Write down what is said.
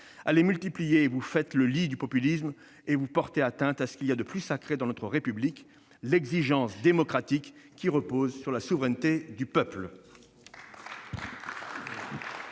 À les multiplier, vous faites le lit du populisme et vous portez atteinte à ce qu'il y a de plus sacré dans notre République : l'exigence démocratique, qui repose sur la souveraineté du peuple